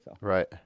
Right